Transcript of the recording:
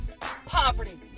poverty